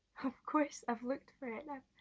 of course i've looked for it. and